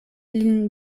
lin